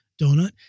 donut